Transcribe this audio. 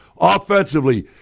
Offensively